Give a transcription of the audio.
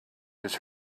has